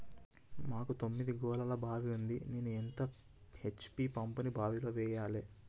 మాకు తొమ్మిది గోళాల బావి ఉంది నేను ఎంత హెచ్.పి పంపును బావిలో వెయ్యాలే?